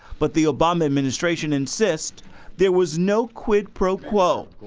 but the obama administration insists there was no quid pro quo.